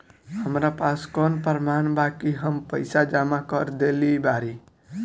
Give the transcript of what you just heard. हमरा पास कौन प्रमाण बा कि हम पईसा जमा कर देली बारी?